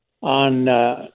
on